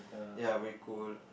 ya very cold